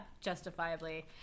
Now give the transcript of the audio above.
justifiably